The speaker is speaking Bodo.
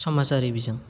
समाजारि बिजों